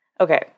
Okay